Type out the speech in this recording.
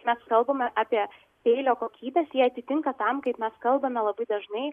mes kalbame apie peilio kokybes jie atitinka tam kaip mes kalbame labai dažnai